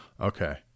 okay